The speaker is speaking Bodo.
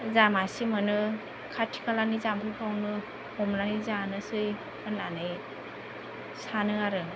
जा मासे मोनो खाथि खालानि जाम्फुफ्रावनो हमनानै जानोसै होननानै सानो आरो